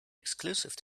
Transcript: exclusive